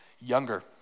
younger